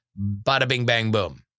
bada-bing-bang-boom